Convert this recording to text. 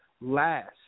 last